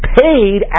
paid